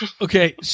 Okay